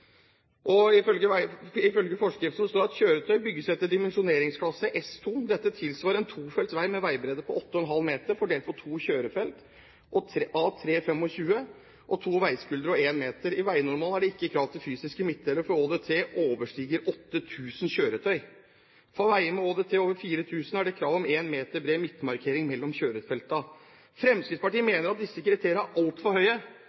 veien. Ifølge forskriftene står det at «kjøretøy bygges etter dimensjoneringsklassen S2. Dette tilsvarer en tofelts veg med vegbredde på 8,5 meter fordelt på to kjørefelt à 3,25 m og to vegskuldre à 1 m. I vegnormalene er det ikke krav til fysisk midtdeler før ÅDT overstiger 8000 kjøretøyer. For veger med ÅDT over 4000 kjøretøy er det krav om 1 m bred midtmerking mellom kjørefeltene.» Fremskrittspartiet mener at disse kriteriene er altfor høye